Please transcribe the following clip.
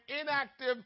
inactive